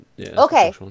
Okay